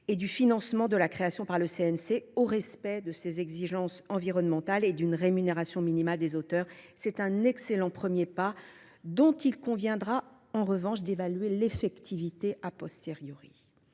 et du financement de la création par le CNC au respect d’exigences environnementales et d’une rémunération minimale des auteurs. C’est un excellent premier pas dont il conviendra cependant d’évaluer l’effectivité. Rappelons